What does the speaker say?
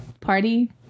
party